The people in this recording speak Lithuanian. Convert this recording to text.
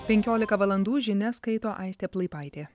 penkiolika valandų žinias skaito aistė plaipaitė